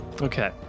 Okay